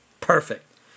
Perfect